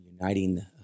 uniting